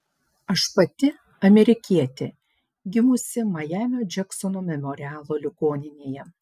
aš pati amerikietė gimusi majamio džeksono memorialo ligoninėje